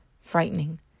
frightening